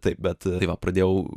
taip bet va pradėjau